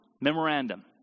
memorandum